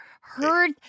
heard